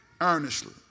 earnestly